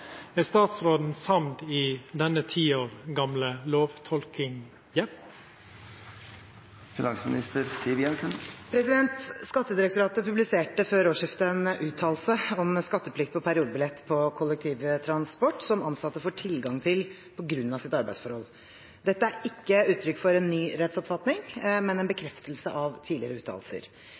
Er statsråden enig i denne 10 år gamle lovtolkningen?» Skattedirektoratet publiserte før årsskiftet en uttalelse om skatteplikt på periodebillett på kollektivtransport som ansatte får tilgang til på grunn av sitt arbeidsforhold. Dette er ikke uttrykk for en ny rettsoppfatning, men en bekreftelse av tidligere uttalelser.